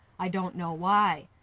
i don't know why.